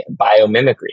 biomimicry